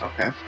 okay